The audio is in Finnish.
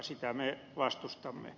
sitä me vastustamme